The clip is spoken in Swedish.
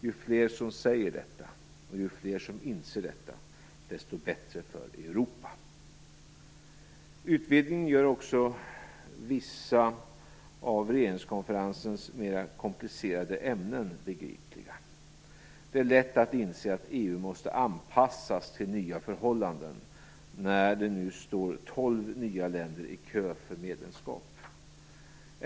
Ju fler som säger detta, och ju fler som inser detta, desto bättre för Utvidgningen gör också vissa av regeringskonferensens mera komplicerade ämnen begripliga. Det är lätt att inse att EU måste anpassas till nya förhållanden när det nu står tolv nya länder i kö för medlemskap.